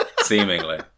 seemingly